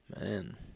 Man